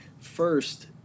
First